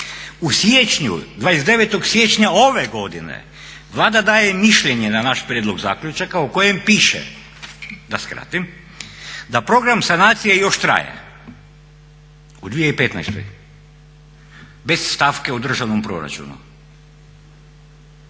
29. siječnja ove godine Vlada daje mišljenje na naš prijedlog zaključaka u kojem piše, da skratim, da program sanacije još traje, u 2015., bez stavke u državnom proračunu.